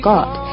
God